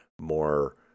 more